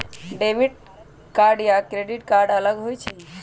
Debit card या credit card अलग होईछ ई?